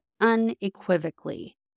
unequivocally